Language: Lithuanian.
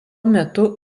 metu